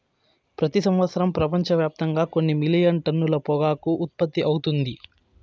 ప్రతి సంవత్సరం ప్రపంచవ్యాప్తంగా కొన్ని మిలియన్ టన్నుల పొగాకు ఉత్పత్తి అవుతుంది